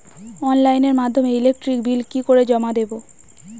অনলাইনের মাধ্যমে electric bill কি করে জমা দেবো?